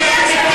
מי שמטיף